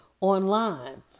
online